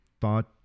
thought